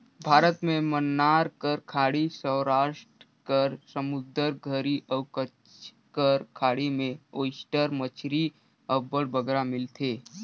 भारत में मन्नार कर खाड़ी, सवरास्ट कर समुंदर घरी अउ कच्छ कर खाड़ी में ओइस्टर मछरी अब्बड़ बगरा मिलथे